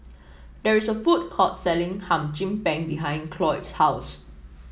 there is a food court selling Hum Chim Peng behind Cloyd's house